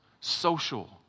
social